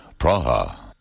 Praha